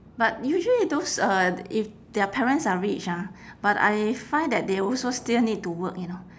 but usually those uh if their parents are rich ah but I find that they also still need to work you know